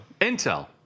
Intel